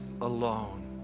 alone